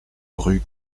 rue